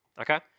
Okay